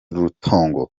rutongo